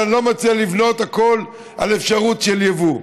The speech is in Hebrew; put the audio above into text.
ואני לא מציע לבנות הכול על אפשרות של יבוא.